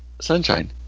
Sunshine